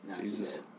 Jesus